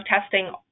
testing